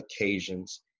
occasions